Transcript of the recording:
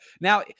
now